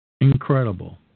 Incredible